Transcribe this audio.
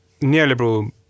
neoliberal